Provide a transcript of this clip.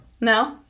No